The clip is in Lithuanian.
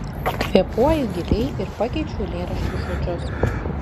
kvėpuoju giliai ir pakeičiu eilėraščio žodžius